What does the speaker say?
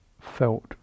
felt